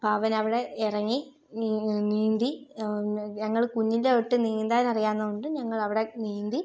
അപ്പം അവൻ അവിടെ ഇറങ്ങി നീന്തി ഞങ്ങൾ കുഞ്ഞിലേ തൊട്ട് നീന്താൻ അറിയാവുന്നത് കൊണ്ട് ഞങ്ങൾ അവിടെ നീന്തി